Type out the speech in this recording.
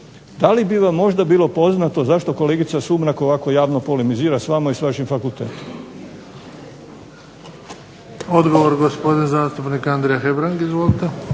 da li bi vam možda bilo poznato zašto kolegica Sumrak ovako javno polimizira s vama i s vašim fakultetom? **Bebić, Luka (HDZ)** Odgovor gospodin zastupnik Andrija Hebrang. Izvolite.